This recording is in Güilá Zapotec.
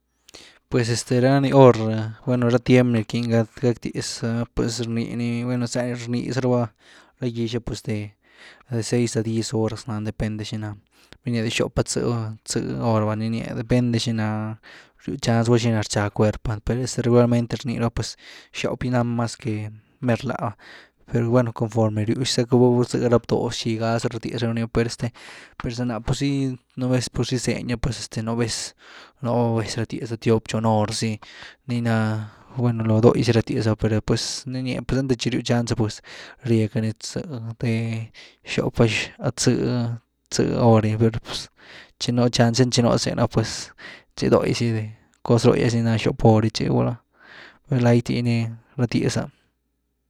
Pues este ra ni hor, bueno ra tiem ni rquiny ga gëtiaz ah, peus rnii ni, bueno za nii rnii za raba ra gix ah pues de seis a diez horas nany depende xina, bueno de xop a tzë hor va nii nia depende xiná ryw chance, gulá xina rcha cuerp’ah pes nú za raba giualmente rni raba pues xóp gy na mas que merlá ba, bueno conforme rywx zacku, val za ra bdo’h xi gá za ratyez rani per este za ná pur zy nú vez pur zy zeñ ah pues nú vez ratyeza tiop chon hor zy ni na bueno lo dóhgy zy ratiez’a vá per pues ni nýa per einty tchiryw chance’a pues rye ca ni de xop a tzë-tzë hor gy, chi nu chance einty chi nú zëny ah pues tchi dogy xy cos rohgyas gy ná xop hor gy tchi gulá lai tï gi ní ratiezá’h.